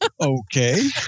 Okay